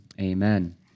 Amen